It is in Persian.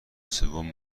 سوم